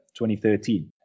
2013